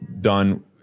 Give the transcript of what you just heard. done